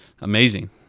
amazing